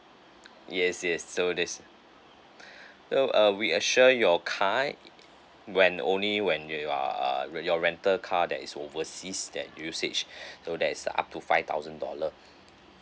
yes yes so that's so err we assure your car when only when you are uh your rental car that is over seized that usage so that's up to five thousand dollar